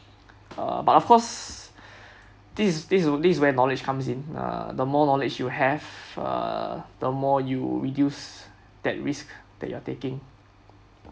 uh but of course this is this is this is where knowledge comes in uh the more knowledge you have uh the more you reduce that risk that you're taking